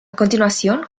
continuación